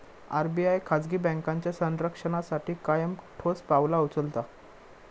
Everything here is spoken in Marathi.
आर.बी.आय खाजगी बँकांच्या संरक्षणासाठी कायम ठोस पावला उचलता